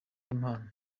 impano